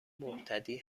مبتدی